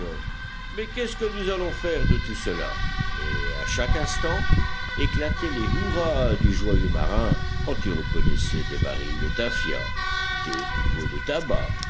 mais qu'est-ce que nous allons faire de tout cela et à chaque instant éclataient les hurrahs du joyeux marin quand il reconnaissait des barils de tafia des boucauts de tabac